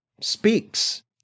speaks